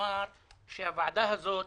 לומר שהוועדה הזאת